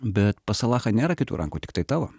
bet pas alachą nėra kitų rankų tiktai tavo